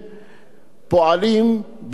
בנאמנות ובמקצועיות,